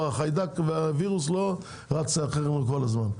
הווירוס לא רץ לאחרים כל הזמן.